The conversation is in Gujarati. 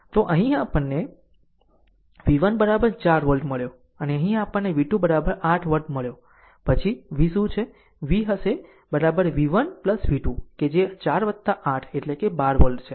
તો અહીં આપણને v1 4 વોલ્ટ મળ્યો અને અહીં આપણને v2 8 વોલ્ટ મળ્યો પછી v શું છે v હશે v1 1 v2 કે 4 8 એટલે કે 12 વોલ્ટ છે